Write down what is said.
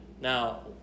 Now